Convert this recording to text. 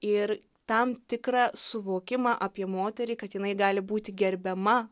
ir tam tikrą suvokimą apie moterį kad jinai gali būti gerbiama